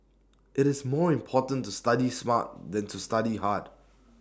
IT is more important to study smart than to study hard